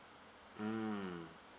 mm